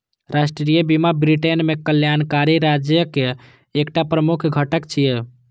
राष्ट्रीय बीमा ब्रिटेन मे कल्याणकारी राज्यक एकटा प्रमुख घटक छियै